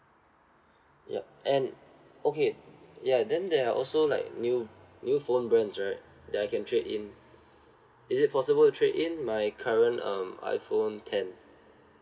yup and okay ya then there are also like new new phone brands right that I can trade in is it possible to trade in my current um iPhone ten